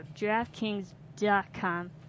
DraftKings.com